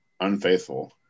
unfaithful